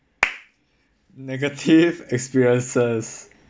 negative experiences